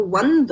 one